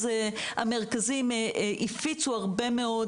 המרכזים הפיצו מאוד,